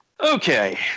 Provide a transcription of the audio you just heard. Okay